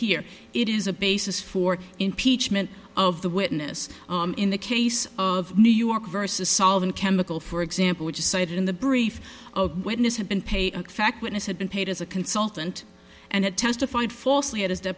here it is a basis for impeachment of the witness in the case of new york versus solving a chemical for example which is cited in the brief witness have been paid a fact witness had been paid as a consultant and had testified falsely